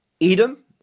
Edom